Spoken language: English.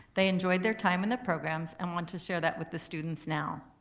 they enjoyed their time in the programs and want to share that with the students now.